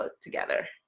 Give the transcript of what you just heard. together